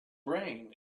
brain